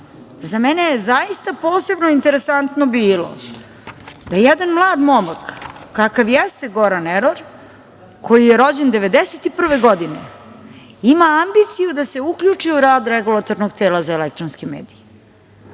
mene je zaista posebno interesantno bilo da jedan mlad momak, kakav jeste Goran Eror koji je rođen 1991. godine, ima ambiciju da se uključi u rad Regulatornog tela za elektronske medije.